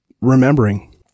remembering